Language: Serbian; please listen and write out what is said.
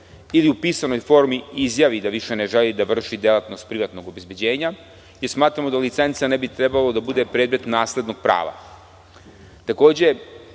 ili u pisanoj formi izjavi da više ne želi da vrši delatnost privatnog obezbeđenja i smatramo da licenca ne bi trebalo da bude predmet naslednog